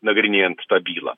nagrinėjant tą bylą